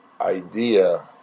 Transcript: idea